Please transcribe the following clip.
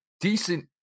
decent